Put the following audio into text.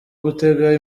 gutega